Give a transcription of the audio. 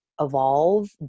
evolve